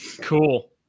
Cool